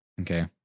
Okay